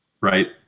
right